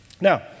Now